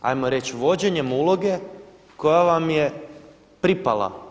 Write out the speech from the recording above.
ajmo reći vođenjem uloge koja vam je pripala.